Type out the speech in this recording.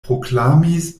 proklamis